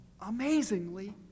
amazingly